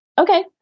Okay